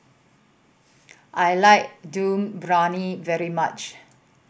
I like Dum Briyani very much